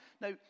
Now